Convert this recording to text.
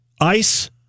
ice